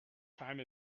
time